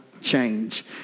change